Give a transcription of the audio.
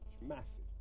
Massive